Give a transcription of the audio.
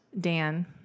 Dan